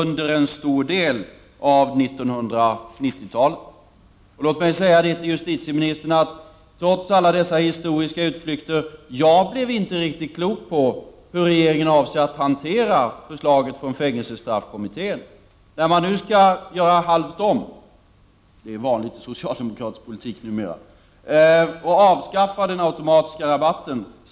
Jag skulle vilja säga till justitieministern att jag, trots alla dessa historiska utflykter, inte blev riktigt klok på hur regeringen avser att hantera förslaget från fängelsestraffkommittén. Där skall man nu göra halvt om — en vanlig socialdemokratisk politik numera — och avskaffa den automatiska rabatten.